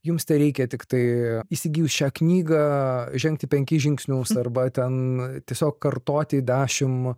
jums tereikia tiktai įsigijus šią knygą žengti penkis žingsnius arba ten tiesiog kartoti dešim